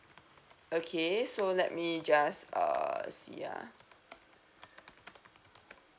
okay so let me just uh see ah